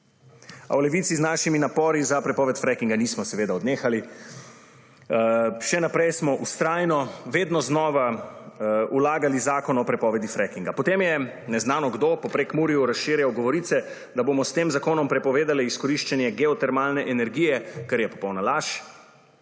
– 14.25** (Nadaljevanje) nismo seveda odnehali. Še naprej smo vztrajno vedno znova vlagali Zakon o prepovedi frackinga. Potem je neznano kdo po Prekmurju razširjal govorice, da bomo s tem zakonom prepovedali izkoriščenje geotermalne energije, kar je popolna laž,